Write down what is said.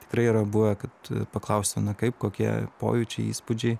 tikrai yra buvę kad paklausi na kaip kokie pojūčiai įspūdžiai